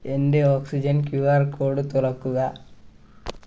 എൻ്റെ oxygen Q R code തുറക്കുക